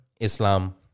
Islam